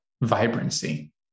vibrancy